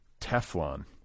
Teflon